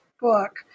book